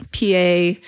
PA